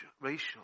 racial